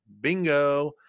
Bingo